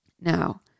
Now